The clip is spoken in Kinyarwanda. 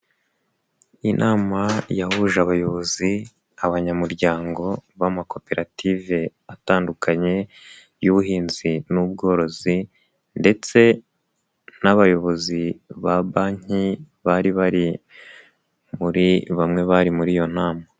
Inama yahuje abayobozi, abanyamuryango b'amakoperative atandukanye y'ubuhinzi n'ubworozi ndetse n'abayobozi ba banki bari bari muri bamwe bari muri iyo nama.